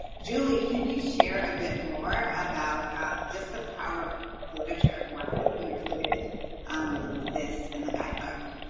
julye, can you share a bit more about just the power of literature and why you included this in the guidebook?